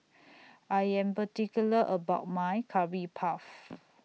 I Am particular about My Curry Puff